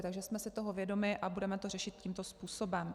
Takže jsme si toho vědomi a budeme to řešit tímto způsobem.